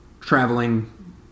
traveling